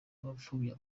abapfobya